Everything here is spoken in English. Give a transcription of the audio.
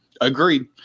Agreed